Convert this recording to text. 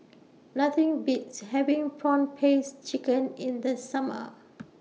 Nothing Beats having Prawn Paste Chicken in The Summer